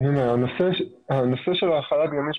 הנושא של החל"ת הגמיש,